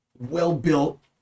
well-built